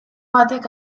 batek